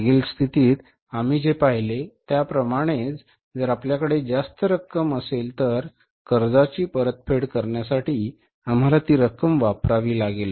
मागील स्थितीत आम्ही जे पाहिले त्याप्रमाणेच जर आपल्याकडे जास्त रक्कम असेल तर कर्जाची परतफेड करण्यासाठी आम्हाला ती रक्कम वापरावी लागेल